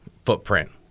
footprint